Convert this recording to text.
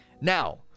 Now